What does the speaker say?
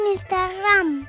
Instagram